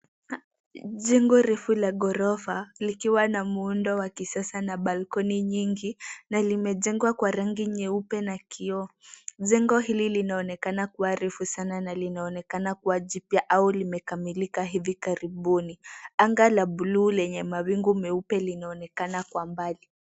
Jengo refu la ghorofa likiwa na muundo wa kisasa na balcony nyingi na limejengwa kwa rangi nyeupe na kioo, jengo hili linaonekana kuwa refu sana na linaonekana kuwa jipya au limekamilika hivi karibuni, anga la blue lenye mawingu meupe linaonekana kwa mbali.